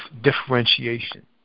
differentiation